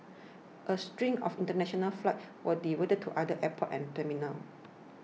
a string of international flights were diverted to other airports and terminals